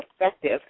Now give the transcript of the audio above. effective